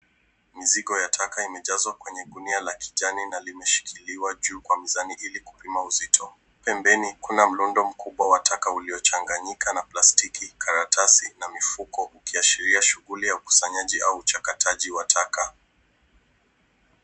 Mizigo ya taka imejazwa kwenye gunia ya kijani na limeshikiliwa juu kwa mizani ili kupima uzito. Pembeni kuna mrundo mkubwa wa taka uliochanganyika na plastiki, karatasi na mifuko ikiashiria shughuli ya ukusanyaji au uchakataji wa taka.